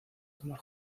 tomar